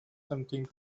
something